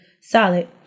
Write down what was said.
solid